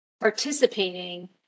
participating